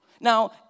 Now